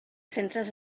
centres